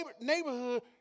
neighborhood